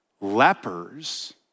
lepers